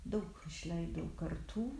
daug išleidau kartų